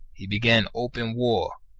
he began open war,